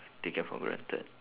taken for granted